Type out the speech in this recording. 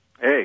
Hey